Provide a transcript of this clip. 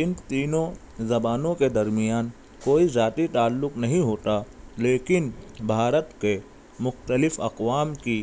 ان تینوں زبانوں کے درمیان کوئی ذاتی تعلق نہیں ہوتا لیکن بھارت کے مختلف اقوام کی